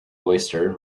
oyster